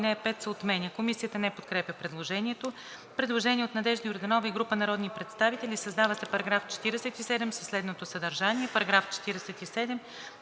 Алинея 5 се отменя.“ Комисията не подкрепя предложението. Предложение от Надежда Йорданова и група народни представители: „Създава се § 47 със следното съдържание: „§ 47.